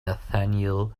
nathaniel